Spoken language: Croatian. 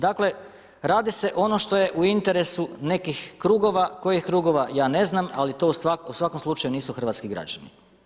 Dakle, radi se ono što je u interesu nekih krugova, kojih krugova ja ne znam, ali to u svakom slučaju nisu hrvatski građani.